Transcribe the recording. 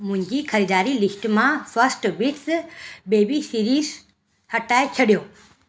मुंहिंजी ख़रीदारी लिस्ट मां फस्ट बिट्स बेबी सीरिस हटाए छॾियो